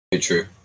true